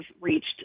reached